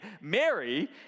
Mary